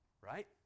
right